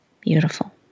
Beautiful